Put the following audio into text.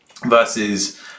versus